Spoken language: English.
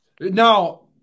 now